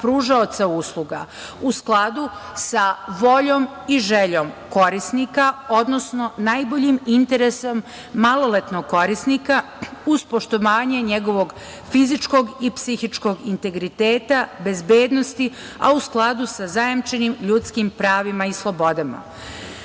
pružaoca usluga, u skladu sa voljom i željom korisnika, odnosno najboljim interesom maloletnog korisnika, uz poštovanje njegovog fizičkog i psihičkog integriteta, bezbednosti, a u skladu sa zajamčenim ljudskim pravima i